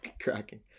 Cracking